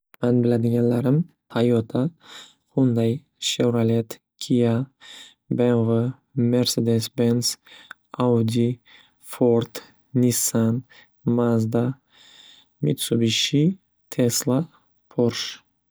Man biladiganlarim Toyota, Hyundai, Chevrolet, Kia, BMW, Mercedes-Benz, Audi, Ford, Nissan, Mazda, Mitsubishi, Tesla, Porsche.